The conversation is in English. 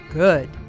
good